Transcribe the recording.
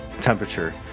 temperature